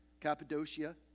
Cappadocia